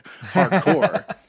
hardcore